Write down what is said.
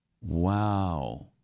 Wow